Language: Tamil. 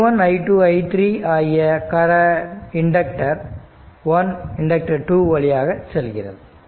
i1 i2 i3 ஆகிய கரண்ட் இண்டக்டர் 1 இண்டக்டர் 2 வழியாக செல்கிறது